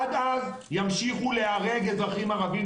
עד אז ימשיכו להיהרג אזרחים ערבים.